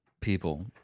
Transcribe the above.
people